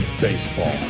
Baseball